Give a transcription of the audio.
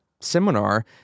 seminar